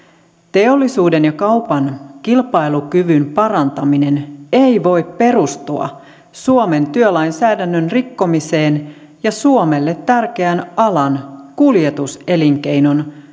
teollisuuden ja kaupan kilpailukyvyn parantaminen ei voi perustua suomen työlainsäädännön rikkomiseen ja suomelle tärkeän alan kuljetus elinkeinon